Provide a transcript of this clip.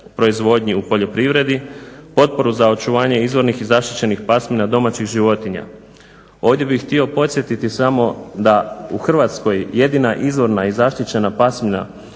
u poljoprivredi, potporu za očuvanje izvornih i zaštićenih pasmina domaćih životinja. Ovdje bih htio podsjetiti samo da u Hrvatskoj jedina izvorna i zaštićena pasmina